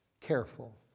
careful